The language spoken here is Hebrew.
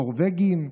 נורבגים.